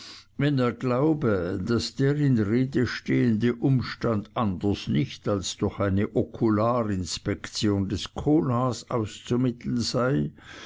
wenn er glaube daß der in rede stehende umstand anders nicht als durch eine okular inspektion des kohlhaas auszumitteln sei